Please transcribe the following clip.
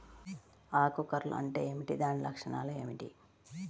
ఆకు కర్ల్ అంటే ఏమిటి? దాని లక్షణాలు ఏమిటి?